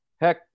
heck